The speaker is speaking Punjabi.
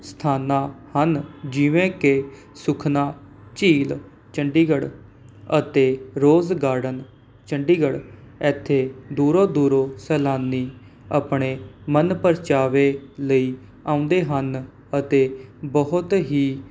ਸਥਾਨਾਂ ਹਨ ਜਿਵੇਂ ਕਿ ਸੁਖਨਾ ਝੀਲ ਚੰਡੀਗੜ੍ਹ ਅਤੇ ਰੋਜ਼ ਗਾਰਡਨ ਚੰਡੀਗੜ੍ਹ ਇੱਥੇ ਦੂਰੋਂ ਦੂਰੋਂ ਸੈਲਾਨੀ ਆਪਣੇ ਮਨ ਪ੍ਰਚਾਵੇ ਲਈ ਆਉਂਦੇ ਹਨ ਅਤੇ ਬਹੁਤ ਹੀ